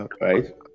right